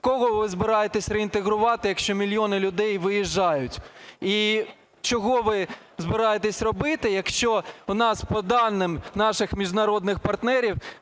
Кого ви збираєтесь реінтегрувати, якщо мільйони людей виїжджають? І що ви збираєтесь робити, якщо у нас по даним наших міжнародних партнерів